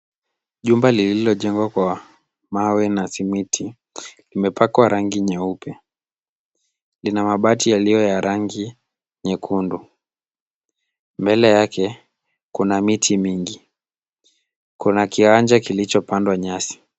Jumba lililojengwa kwa mawe na simiti limepakwa rangi nyeupe. Lina mabati yaliyo ya rangi nyekundu. Mbele yake kuna miti mingi, kuna kiwanja kilichopandwa nyasi.